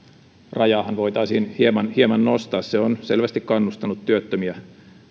rajaahan voitaisiin hieman hieman nostaa se on selvästi kannustanut työttömiä